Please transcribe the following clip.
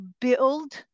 build